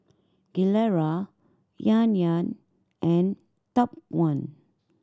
Gilera Yan Yan and Top One